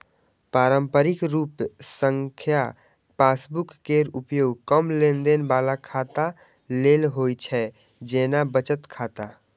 पारंपरिक रूप सं पासबुक केर उपयोग कम लेनदेन बला खाता लेल होइ छै, जेना बचत खाता